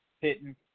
hitting